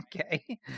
okay